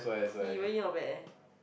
he really not bad eh